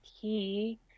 key